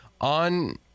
on